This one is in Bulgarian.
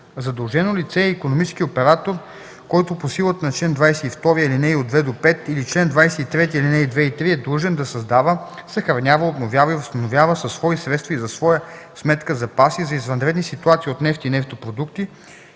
„Задължено лице” е икономически оператор, който по силата на чл. 22, ал. 2-5 или чл. 23, ал. 2 и 3 е длъжен да създава, съхранява, обновява и възстановява със свои средства и за своя сметка запаси за извънредни ситуации от нефт и нефтопродукти